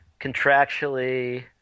contractually